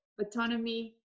autonomy